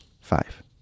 Five